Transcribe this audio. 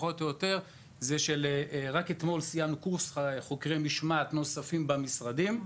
רק אתמול סיימנו קורס חוקרי משמעת נוספים במשרדים.